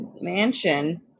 mansion